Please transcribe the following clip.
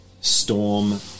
Storm